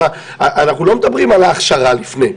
אנחנו לא מדברים על ההכשרה לפני.